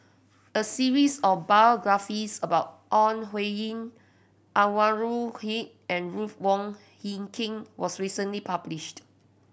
a series of biographies about Ore Huiying Anwarul Haque and Ruth Wong Hie King was recently published